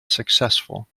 successful